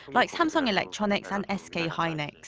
like samsung electronics and sk hynix